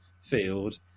Field